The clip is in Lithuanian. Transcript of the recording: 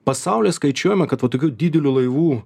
pasaulyje skaičiuojama kad vat tokių didelių laivų